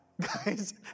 guys